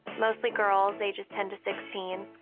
mostly girls ages ten to sixteen.